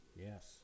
Yes